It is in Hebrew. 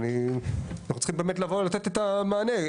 ואנחנו צריכים באמת לתת את המענה.